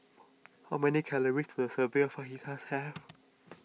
how many calories does a serving of Fajitas have